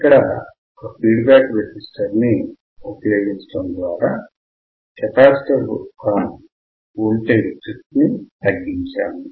ఇక్కడ ఒక feedback resistor ని ఉపయోగించడం ద్వారా కెపాసిటర్ యొక్క వోల్టేజ్ డ్రిఫ్ట్ ని తగ్గించాము